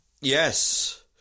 yes